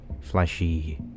flashy